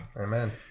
Amen